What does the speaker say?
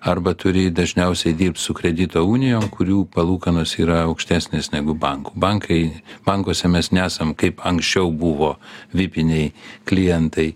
arba turi dažniausiai dirbt su kredito unijom kurių palūkanos yra aukštesnės negu bankų bankai bankuose mes nesam kaip anksčiau buvo vipiniai klientai